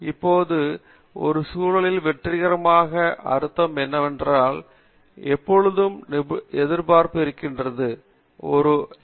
பேராசிரியர் பிரதாப் ஹரிதாஸ் இப்போது ஒரு சூழலில் வெற்றிகரமாக அர்த்தம் என்னவென்றால் எப்பொழுதும் எதிர்பார்ப்பும் இருக்கிறது ஒரு எம்